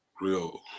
real